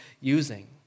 using